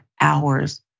hours